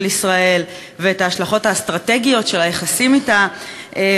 ישראל ואת ההשלכות האסטרטגיות של היחסים אתה.